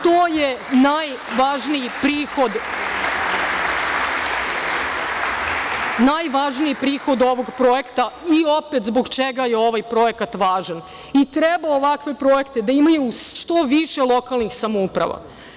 To je najvažniji prihod ovog projekta i opet zbog čega je ovaj projekat važan i treba ovakve projekte da imaju što više lokalnih samouprava.